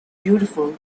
beautiful